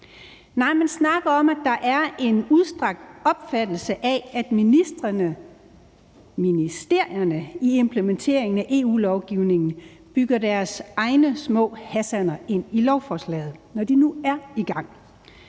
Nej, man snakker om, at der er en udstrakt opfattelse af, at ministrene, ministerierne i implementeringen af EU-lovgivningen bygger deres egne små Hassaner ind i lovforslaget, når de nu er i gang,